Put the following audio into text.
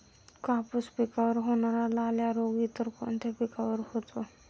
कापूस पिकावर होणारा लाल्या रोग इतर कोणत्या पिकावर होतो?